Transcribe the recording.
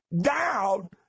down